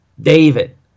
David